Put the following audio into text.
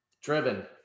driven